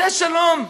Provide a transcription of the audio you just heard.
זה שלום.